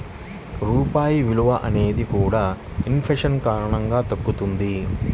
రూపాయి విలువ అనేది కూడా ఇన్ ఫేషన్ కారణంగా తగ్గిపోతది